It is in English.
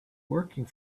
working